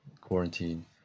quarantine